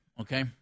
Okay